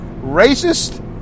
racist